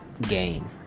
game